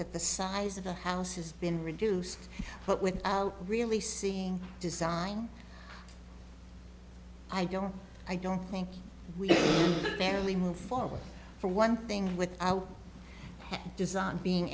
that the size of the house has been reduced but without really seeing design i don't i don't think we barely move forward for one thing without design being